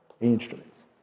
Instruments